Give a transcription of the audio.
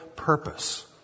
purpose